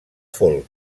folk